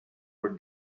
for